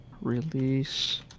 release